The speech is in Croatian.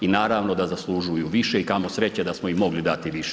I naravno da zaslužuju više i kamo sreće da smo im mogli dati više.